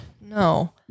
No